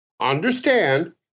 understand